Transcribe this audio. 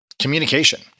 communication